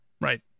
right